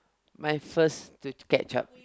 my first to catch up